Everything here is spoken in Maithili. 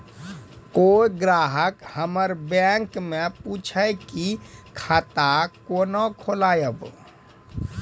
कोय ग्राहक हमर बैक मैं पुछे की खाता कोना खोलायब?